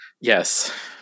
Yes